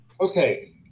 Okay